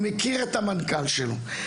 אני מכיר את המנכ"ל שלו,